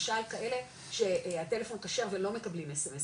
למשל כאלה שהטלפון כשר ולא מקבלים אס.אמ.אס,